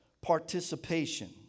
participation